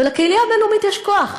ולקהילה הבין-לאומית יש כוח.